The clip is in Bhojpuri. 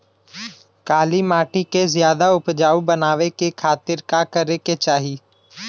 काली माटी के ज्यादा उपजाऊ बनावे खातिर का करे के चाही?